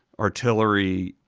artillery,